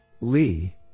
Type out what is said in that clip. Lee